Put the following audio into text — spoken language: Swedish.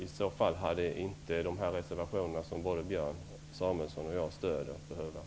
I så fall hade inte de reservationer som både Björn Samuelson och jag stöder behövts.